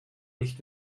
nicht